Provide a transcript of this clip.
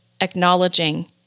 acknowledging